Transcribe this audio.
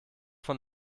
von